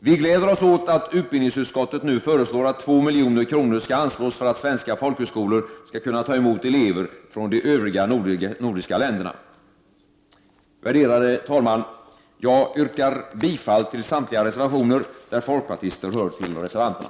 Vi gläder oss åt att utbildningsutskottet nu föreslår att 2 milj.kr. skall anslås för att svenska folkhögskolor skall kunna ta emot elever från de övriga nordiska länderna. Värderade talman! Jag yrkar bifall till samtliga reservationer där folkpartister hör till reservanterna.